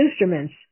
instruments